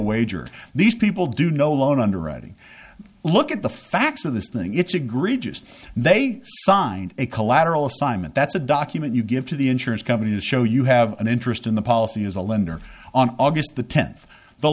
wager these people do no loan underwriting look at the facts of this thing it's agreed just they signed a collateral assignment that's a document you give to the insurance company to show you have an interest in the policy as a lender on august the tenth the